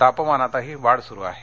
तापमानातही वाढ सुरू आहे